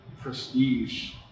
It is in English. prestige